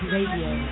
Radio